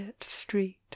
street